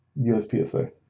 USPSA